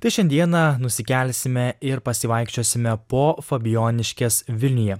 tai šiandieną nusikelsime ir pasivaikščiosime po fabijoniškes vilniuje